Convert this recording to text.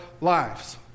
lives